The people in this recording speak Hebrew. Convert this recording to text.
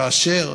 כאשר